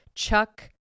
Chuck